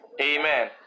Amen